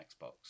Xbox